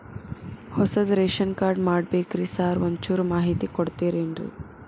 ಹೊಸದ್ ration card ಮಾಡ್ಬೇಕ್ರಿ sir ಒಂಚೂರ್ ಮಾಹಿತಿ ಕೊಡ್ತೇರೆನ್ರಿ?